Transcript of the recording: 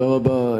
תודה רבה,